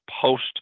post